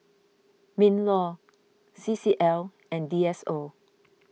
MinLaw C C L and D S O